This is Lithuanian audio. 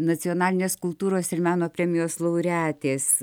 nacionalinės kultūros ir meno premijos laureatės